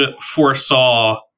foresaw